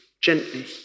gently